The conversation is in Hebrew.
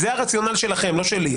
זה הרציונל שלכם, לא שלי.